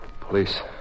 Police